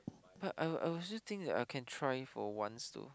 ya I I was just think that I can try for once too